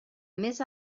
més